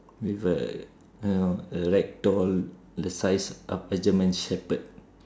with a you know I like tall the size of a german shepherd